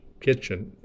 kitchen